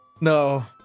No